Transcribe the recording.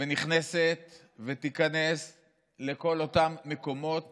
נכנסת ותיכנס לכל אותם מקומות